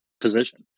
position